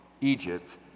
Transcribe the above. Egypt